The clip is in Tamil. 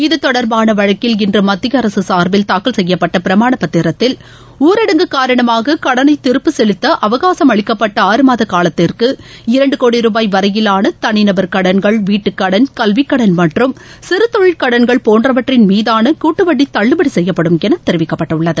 இத்தொடர்பான வழக்கில் இன்று மத்திய அரசு சார்பில் தாக்கல் செய்யப்பட்ட பிரமாணப் பத்திரத்தில் ஊரடங்கு காரணமாக கடளை திருப்பி செலுத்த அவகாசம் அளிக்கப்பட்ட ஆறு மாத காலத்திற்கு இரண்டு கோடி ருபாய் வரையிலாள தனிநபர் கடன்கள் வீட்டுக்கடன் கல்விக்கடன் மற்றும் சிறதொழில் கடன்கள் போன்றவற்றின் மீதான கூட்டுவட்டி தள்ளுபடி செய்யப்படும் என தெரிவிக்கப்பட்டுள்ளது